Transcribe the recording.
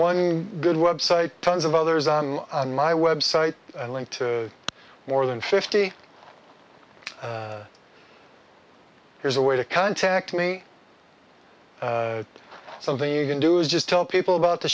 one good website tons of others on my website and link to more than fifty here's a way to contact me so that you can do is just tell people about the